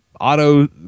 Auto